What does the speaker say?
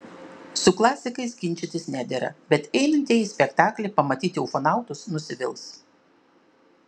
su klasikais ginčytis nedera bet einantieji į spektaklį pamatyti ufonautus nusivils